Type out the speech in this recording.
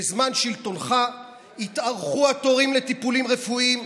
בזמן שלטונך התארכו התורים לטיפולים רפואיים,